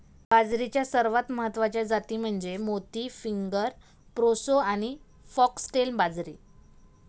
बाजरीच्या सर्वात महत्वाच्या जाती म्हणजे मोती, फिंगर, प्रोसो आणि फॉक्सटेल बाजरी